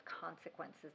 consequences